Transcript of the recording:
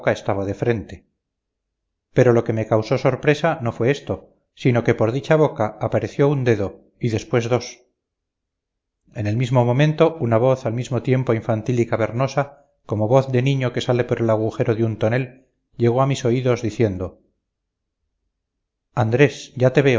estaba de frente pero lo que me causó sorpresa no fue esto sino que por dicha boca apareció un dedo y después dos en el mismo momento una voz al mismo tiempo infantil y cavernosa como voz de niño que sale por el agujero de un tonel llegó a mis oídos diciendo andrés ya te veo